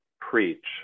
preach